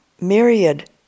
myriad